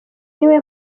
niwe